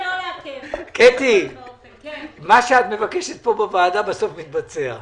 מה שאת מבקשת פה בוועדה, מתבצע בסוף.